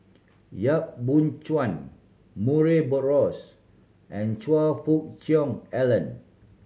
Yap Boon Chuan Murray Buttrose and Choe Fook Cheong Alan